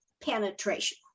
penetration